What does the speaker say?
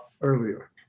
earlier